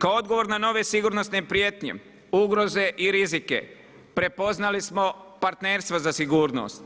Kao odgovor na nove sigurnosne prijetnje, ugroze i rizike prepoznali smo partnerstvo za sigurnost